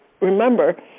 remember